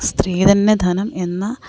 സ്ത്രീ തന്നെ ധനം എന്ന